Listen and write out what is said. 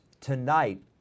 tonight